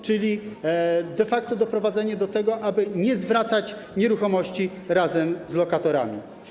Chodzi de facto o doprowadzenie do tego, aby nie zwracać nieruchomości razem z lokatorami.